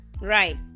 Right